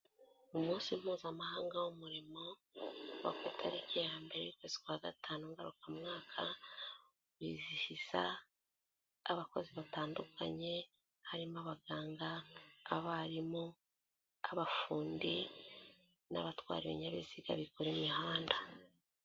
Umunsi Mpuzamahanga w'umurimo uba ku itariki ya mbere y'ukwezi kwa gatanu ngarukamwaka wizihiza abakozi batandukanye, harimo abaganga, abarimu, abafundi, n'abatwara ibinyabiziga bikora imihanda.